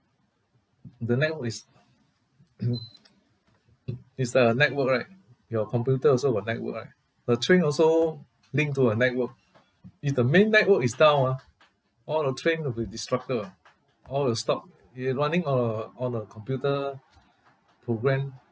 the network is is a network right your computer also got network right the train also linked to a network if the main network is down ah all the train will be disrupted all will stop it running on a on a computer program